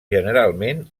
generalment